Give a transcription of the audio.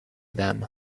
them